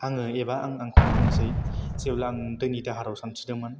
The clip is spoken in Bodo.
आङो एबा आंखौनो बुंनोसै जेब्ला आं दैनि दाहारआव सानस्रिदोंमोन